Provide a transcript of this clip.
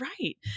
right